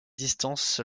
distance